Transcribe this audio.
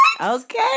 Okay